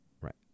right